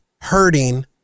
hurting